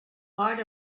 heard